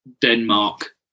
Denmark